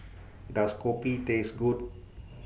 Does Kopi Taste Good